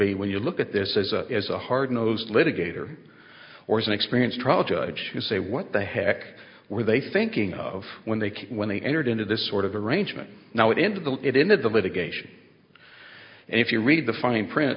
be when you look at this as a as a hard nosed litigator or as an experienced trial judge who say what the heck were they thinking of when they when they entered into this sort of arrangement now into the it into the litigation and if you read the fine print